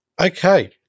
Okay